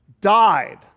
died